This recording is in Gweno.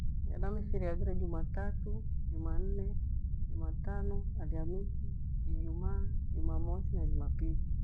Hana mfiri haghire Jumatatu, Jumanne, Jumatano, Alihamisi, Ijumaa, Jumamosi na Jumapili.